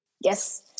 Yes